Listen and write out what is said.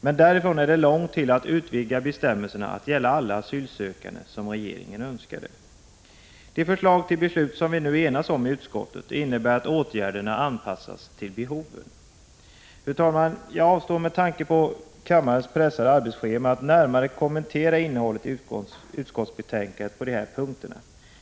Men därifrån är det långt till att utvidga bestämmelserna till att gälla alla asylsökande, som regeringen önskade. De förslag till beslut som vi nu enats om i utskottet innebär att åtgärderna anpassas till behoven. Fru talman! Jag avstår med tanke på kammarens pressade arbetsschema från att närmare kommentera innehållet i utskottsbetänkandet på de här punkterna.